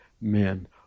men